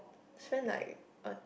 spent like a